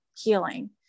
healing